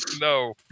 No